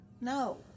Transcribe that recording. No